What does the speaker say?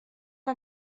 que